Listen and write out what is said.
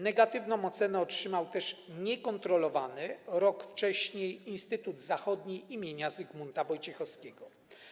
Negatywną ocenę otrzymał też niekontrolowany rok wcześniej Instytut Zachodni im. Zygmunta Wojciechowskiego.